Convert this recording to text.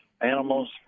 animals